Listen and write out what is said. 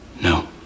No